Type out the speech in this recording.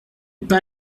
pas